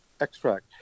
extract